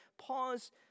Pause